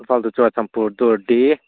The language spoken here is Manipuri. ꯏꯝꯐꯥꯜ ꯇꯨ ꯆꯨꯔꯆꯥꯟꯄꯤꯔ ꯑꯗꯨ ꯑꯣꯏꯔꯗꯤ